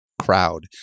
crowd